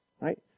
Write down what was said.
Right